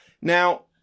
Now